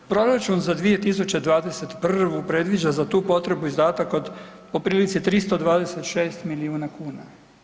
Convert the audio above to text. Proračun za 2021. predviđa za tu potrebu izdatak od po prilici 326 milijuna kuna.